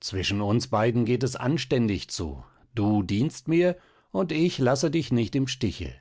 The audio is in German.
zwischen uns beiden geht es anständig zu du dienst mir und ich lasse dich nicht im stiche